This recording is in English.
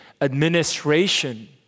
administration